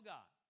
God